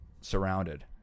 surrounded